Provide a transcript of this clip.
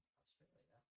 Australia